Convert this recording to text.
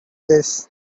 this